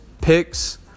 picks